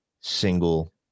single